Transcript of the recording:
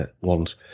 ones